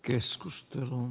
keskustelun